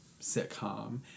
sitcom